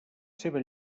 seva